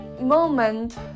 moment